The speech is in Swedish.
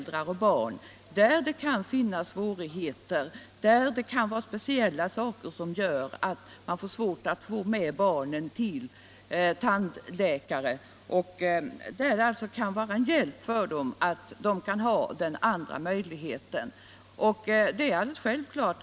Nr 23 och barn där det kan finnas svårigheter, där det kan vara speciella saker Onsdagen den som gör att man har svårt att få med barnen till tandläkare och där 10 november 1976 det alltså kan vara en hjälp för dem att ha den föreslagna möjligheten.